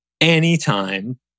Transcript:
anytime